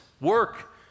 work